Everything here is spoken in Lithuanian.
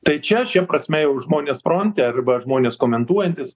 tai čia šia prasme jau žmonės fronte arba žmonės komentuojantys